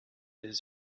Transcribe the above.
his